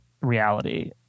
reality